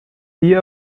die